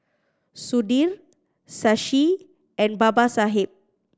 Sudhir Shashi and Babasaheb